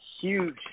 huge